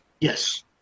yes